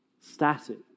static